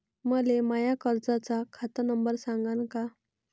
मले माया कर्जाचा खात नंबर सांगान का?